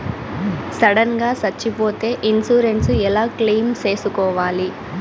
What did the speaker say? Sudden గా సచ్చిపోతే insurance ఎలా క్లెయిమ్ సేసుకోవాలి?